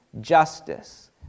justice